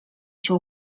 się